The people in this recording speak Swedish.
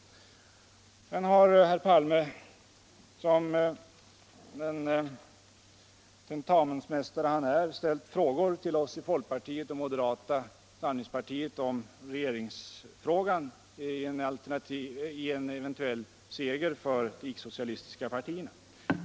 Herr Palme har, som den tentamensmästare han är, ställt frågor till oss i folkpartiet och moderata samlingspartiet om regeringsfrågan vid en eventuell seger för de icke socialistiska partierna.